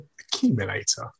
Accumulator